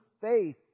faith